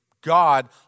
God